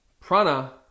Prana